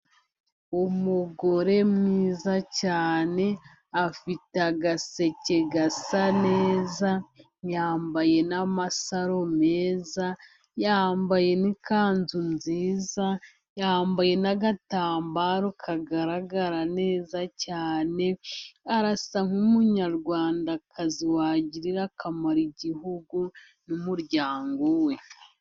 Umugore mwiza cyane afite agaseke gasa neza, yambaye n'amasaro meza, yambaye n'ikanzu nziza, yambaye n'agatambaro kagaragara neza cyane, arasa nk'umunyarwandakazi wagirira akamaro igihugu n'umuryango we.